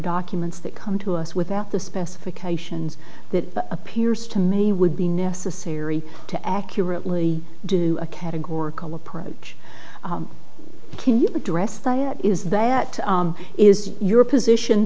documents that come to us without the specifications that appears to me would be necessary to accurately do a categorical approach can you address that is that is your position